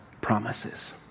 promises